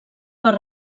per